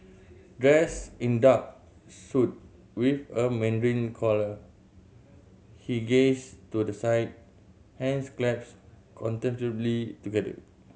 dressed in dark suit with a mandarin collar he gazed to the side hands clasped contemplatively together